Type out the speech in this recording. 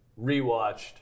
rewatched